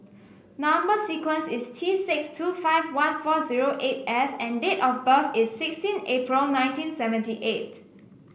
number sequence is T six two five one four zero eight F and date of birth is sixteen April nineteen seventy eight